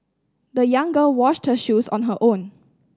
the young girl washed her shoes on her own